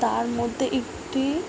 তার মধ্যে একটি